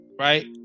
right